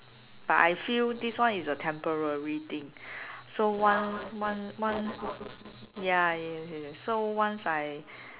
but I feel this one is a temporary thing so once once once ya yes yes so once I